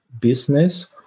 business